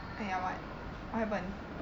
then ya what what happen